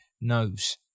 knows